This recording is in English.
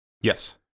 Yes